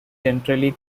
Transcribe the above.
generally